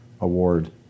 award